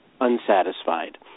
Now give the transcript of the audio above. unsatisfied